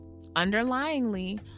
underlyingly